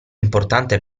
importante